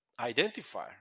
identifier